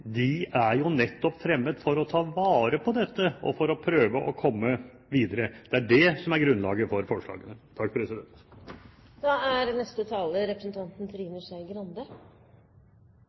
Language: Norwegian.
er jo nettopp fremmet for å ta vare på dette og for å prøve å komme videre. Det er det som er grunnlaget for forslagene.